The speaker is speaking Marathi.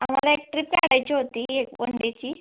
आम्हाला एक ट्रीप काढायची होती एक वन डेची